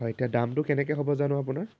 হয় এতিয়া দামটো কেনেকৈ হ'ব জানোঁ আপোনাৰ